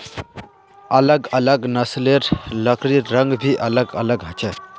अलग अलग नस्लेर लकड़िर रंग भी अलग ह छे